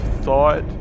thought